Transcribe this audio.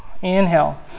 inhale